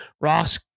Ross